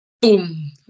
boom